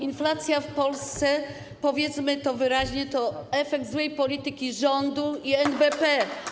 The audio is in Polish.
Inflacja w Polsce, powiedzmy to wyraźnie, to efekt złej polityki rządu i NBP.